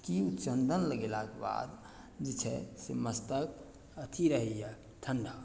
कि उ चन्दन लगेलाके बाद जे छै से मस्तक अथी रहइए ठण्डा